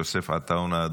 יוסף עטאונה,